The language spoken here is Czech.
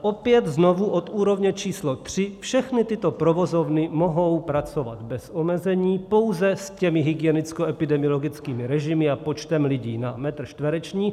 Opět znovu od úrovně číslo 3 všechny tyto provozovny mohou pracovat bez omezení, pouze s těmi hygienickoepidemiologickými režimy a počtem lidí na metr čtvrteční.